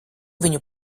viņu